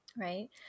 right